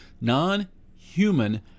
non-human